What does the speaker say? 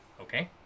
Okay